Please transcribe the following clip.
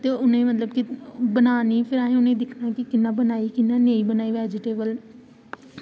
ते उ'नें मतलब बनानी ते असें दिक्खना कि रुट्टी कियां बनाई कियां नेईं